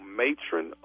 matron